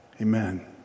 Amen